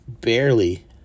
barely